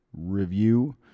review